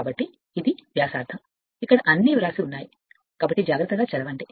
కాబట్టి ఇది ఒక వ్యాసార్థం కాబట్టి ఈ వ్రాసేవన్నీ ఉన్నాయి కాబట్టి జాగ్రత్తగా చదవండి